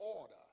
order